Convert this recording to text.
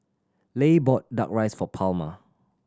Leigh bought Duck Rice for Palma